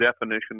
definition